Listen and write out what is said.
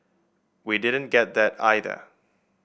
we didn't get that either